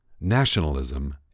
nationalism